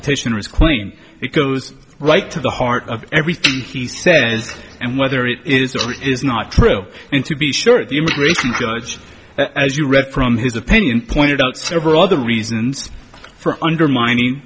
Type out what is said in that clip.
petitioners claim it goes right to the heart of everything he says and whether it is or it is not true and to be sure the immigration judge as you read from his opinion pointed out several of the reasons for undermining